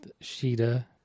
Sheeta